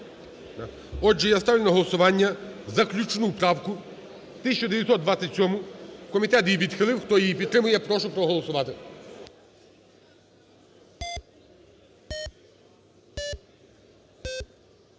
Отже, я ставлю на голосування заключну правку 1927, комітет її відхилив. Хто її підтримує, я прошу проголосувати.